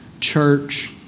church